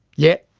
yet,